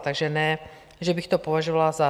Takže ne že bych to považovala za...